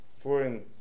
foreign